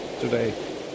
today